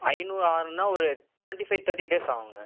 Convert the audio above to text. ஐந்நூறு ஆற்நூறுனா ஒரு டுவெண்டி ஃபைவ் தேர்ட்டி டேஸ் ஆகுங்க